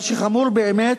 מה שחמור באמת,